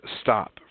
stop